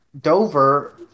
Dover